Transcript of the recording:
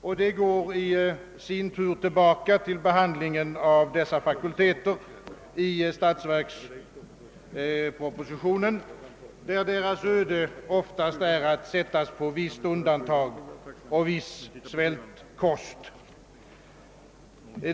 Detta går tillbaka på behandlingen av dessa fakulteter i statsverkspropositionen, där deras öde ofta är att sättas på undantag och svältkost.